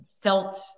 felt